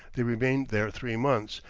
they remained there three months,